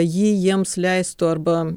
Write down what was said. ji jiems leistų arba